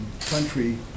country